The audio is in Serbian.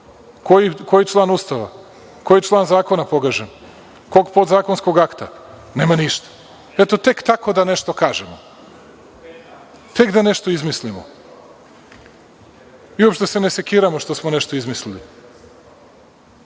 Koji član Ustava? Koji član zakona je pogažen? Kog podzakonskog akta? Nema ništa. Eto tek tako da nešto kažemo, tek da nešto izmislimo. Uopšte se ne sekiramo što smo nešto izmislili. Pričate